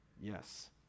yes